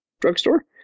drugstore